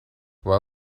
why